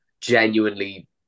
genuinely